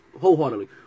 wholeheartedly